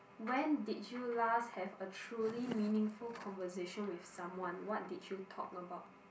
when did you last have a truly meaningful conversation with someone what did you talk about